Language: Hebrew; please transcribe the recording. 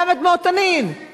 למה דמעות תנין?